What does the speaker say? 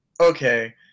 okay